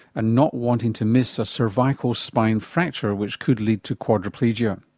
not wanting to miss a cervical spine fracture which could lead to quadriplegia.